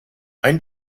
ein